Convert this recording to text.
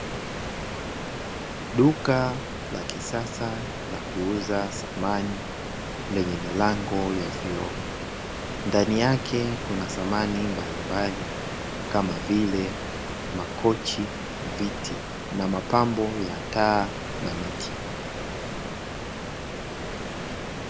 Duka la kisasa la kuuza samani lenye milango ya vioo, ndani yake kuna samani mbalimbali kama vile makochi, viti na mapambo ya taa na miti.